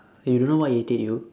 you don't know what irritate you